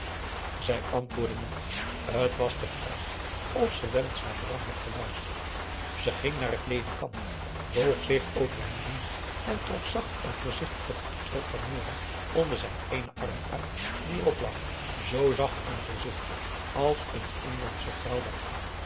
zij antwoordde niet t was de vraag of ze wel eens naar bram had geluisterd ze ging naar het ledikant boog zich over hem heen en trok zacht en voorzichtig het portret van nora onder zijn eenen arm uit die erop lag zoo zacht en voorzichtig als een inlandsche vrouw dat kan